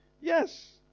Yes